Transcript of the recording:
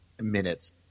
minutes